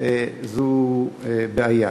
זו בעיה.